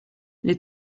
les